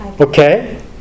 Okay